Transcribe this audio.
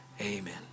amen